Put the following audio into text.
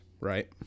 right